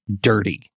dirty